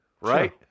right